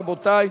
רבותי.